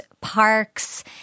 parks